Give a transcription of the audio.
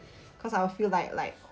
cause I'll feel like like